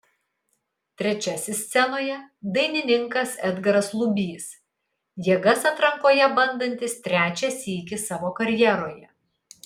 trečiasis scenoje dainininkas edgaras lubys jėgas atrankoje bandantis trečią sykį savo karjeroje